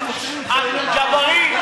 ג'בארין,